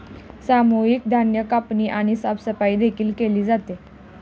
सामूहिक धान्य कापणी आणि साफसफाई देखील केली जाते